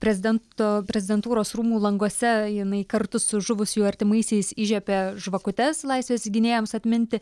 prezidento prezidentūros rūmų languose jinai kartu su žuvusiųjų artimaisiais įžiebė žvakutes laisvės gynėjams atminti